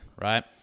right